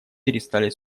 перестали